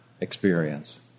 experience